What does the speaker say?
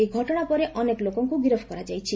ଏହି ଘଟଣା ପରେ ଅନେକ ଲୋକଙ୍କ ଗିରଫ କରାଯାଇଛି